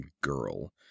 girl